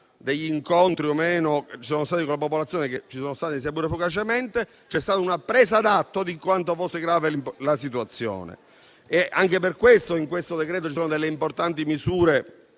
degli incontri che ci sono stati con la popolazione, sia pur fugacemente, c'è stata una presa d'atto di quanto fosse grave la situazione. Anche per questo nel decreto ci sono delle importanti misure